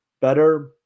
better